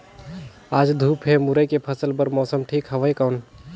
आज धूप हे मुरई के फसल बार मौसम ठीक हवय कौन?